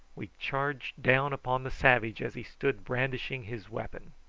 we charged down upon the savage as he stood brandishing his weapon.